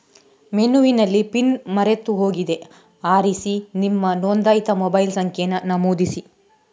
ಮೆನುವಿನಲ್ಲಿ ಪಿನ್ ಮರೆತು ಹೋಗಿದೆ ಆರಿಸಿ ನಿಮ್ಮ ನೋಂದಾಯಿತ ಮೊಬೈಲ್ ಸಂಖ್ಯೆಯನ್ನ ನಮೂದಿಸಿ